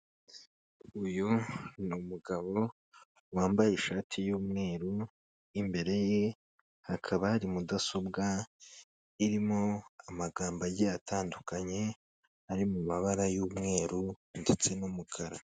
Uyu ni umugabo wambaye ishati y'umweru, imbere ye hakaba hari mudasobwa irimo amagambo agiye atandukanye, ari mu mabara y'umweru ndetse n'umukara.